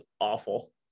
awful